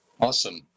Awesome